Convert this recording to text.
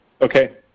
Okay